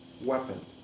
weapon